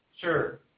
sure